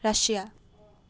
Russia